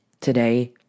today